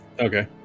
Okay